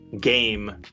game